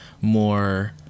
more